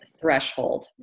threshold